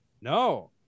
No